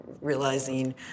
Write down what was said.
realizing